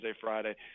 Friday